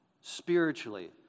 spiritually